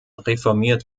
reformiert